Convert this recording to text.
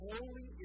Holy